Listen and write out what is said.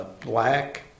Black